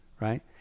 right